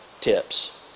tips